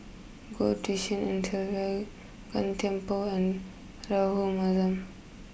Goh Tshin En Sylvia Gan Thiam Poh and Rahayu Mahzam